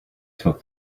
took